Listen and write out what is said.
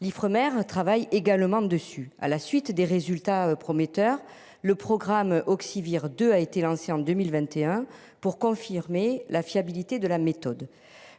L'Ifremer travaille également dessus à la suite des résultats prometteurs. Le programme auxiliaire de a été lancée en 2021 pour confirmer la fiabilité de la méthode.